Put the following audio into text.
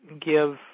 give